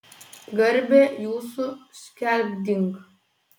garbę jūsų skelbdink